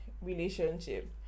Relationship